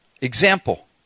Example